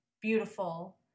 beautiful